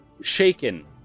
shaken